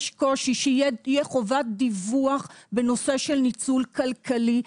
יש קושי, שתהיה חובת דיווח בנושא של ניצול כלכלי.